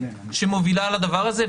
שמובילה לדבר הזה,